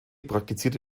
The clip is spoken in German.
praktizierte